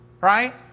Right